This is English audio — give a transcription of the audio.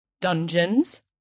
dungeons